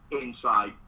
inside